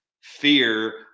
fear